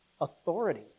authority